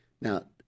Now